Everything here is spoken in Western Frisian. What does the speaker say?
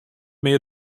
mear